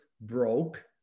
broke